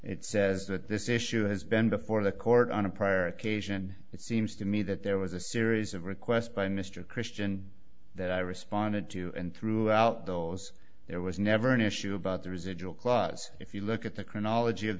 it says that this issue has been before the court on a prior occasion it seems to me that there was a series of requests by mr christian that i responded to and throughout those there was never an issue about the residual clause if you look at the chronology of